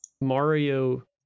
Mario